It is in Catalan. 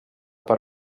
per